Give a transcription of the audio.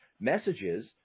messages